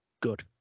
good